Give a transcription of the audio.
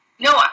No